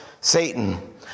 Satan